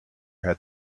had